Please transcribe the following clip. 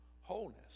wholeness